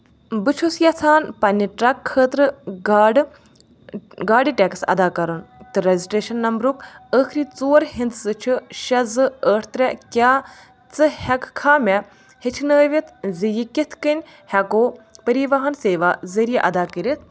بہٕ چھُس یژھان پنٛنہِ ٹرٛک خٲطرٕ گاڈٕ گاڑِ ٹٮ۪کٕس اَدا کرُن تہٕ رَجِسٹرٛیشَن نمبرُک ٲخری ژور ہِنٛدسہٕ چھِ شےٚ زٕ ٲٹھ ترٛےٚ کیٛاہ ژٕ ہٮ۪کہٕ کھا مےٚ ہیٚچھنٲوِتھ زِ یہِ کِتھ کٔنۍ ہؠکو پٔرِواہَن سیوا ذٔریعہٕ اَدا کٔرِتھ